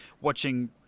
watching